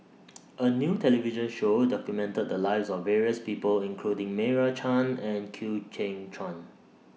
A New television Show documented The Lives of various People including Meira Chand and Chew Kheng Chuan